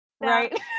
right